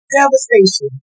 devastation